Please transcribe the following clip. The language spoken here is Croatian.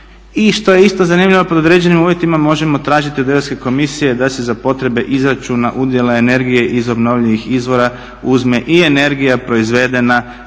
I što je isto zanimljivo pod određenim uvjetima možemo tražiti od Europske komisije da se za potrebe izračuna udjela energije iz obnovljivih izvora uzme i energija proizvedena